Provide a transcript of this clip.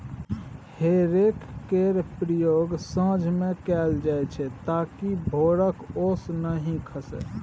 हे रैक केर प्रयोग साँझ मे कएल जाइत छै ताकि भोरक ओस नहि खसय